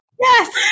Yes